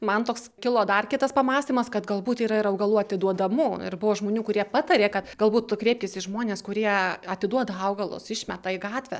man toks kilo dar kitas pamąstymas kad galbūt yra ir augalų atiduodamų ir buvo žmonių kurie patarė kad galbūt tu kreiptis į žmones kurie atiduoda augalus išmeta į gatvę